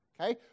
Okay